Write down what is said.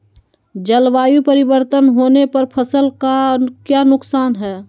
जलवायु परिवर्तन होने पर फसल का क्या नुकसान है?